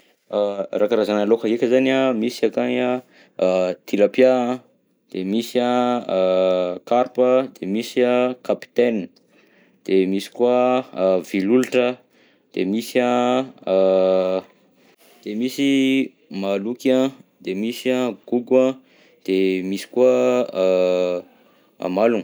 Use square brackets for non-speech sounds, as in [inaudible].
[hesitation] Raha karazana lôka heka zany an, misy akagny an tilapia, de misy an a [hesitation] carpe, de misy an capitaine de misy koa a [hesitation] vilolitra de misy an, a [hesitation] de misy mahaloky an, de misy an gogo an, de misy koa an [hesitation] amalogna.